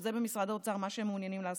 שבמשרד האוצר זה מה שהם מעוניינים לעשות.